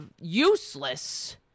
useless